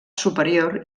superior